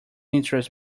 interest